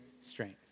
strength